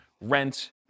rent